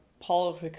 Paul